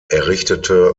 errichtete